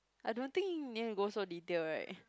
I don't think need to go so detail right